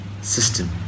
system